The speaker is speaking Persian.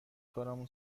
کارامون